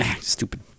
Stupid